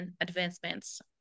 advancements